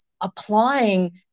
applying